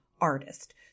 artist